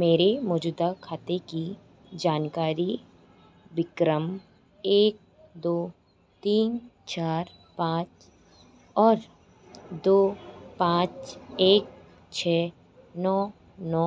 मेरे मौजूदा खाते की जानकारी विक्रम एक दो तीन चार पाँच और दो पाँच एक छः नौ नौ